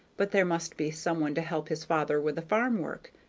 but there must be some one to help his father with the farm-work,